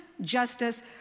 justice